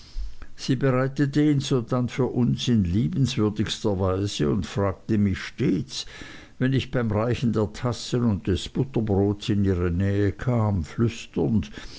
sie bereitete ihn sodann für uns in liebenswürdigster weise und fragte mich stets wenn ich beim reichen der tassen und des butterbrotes in ihre nähe kam flüsternd